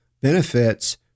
benefits